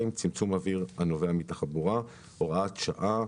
(צמצום זיהום אוויר הנובע מתחבורה) (הוראת שעה),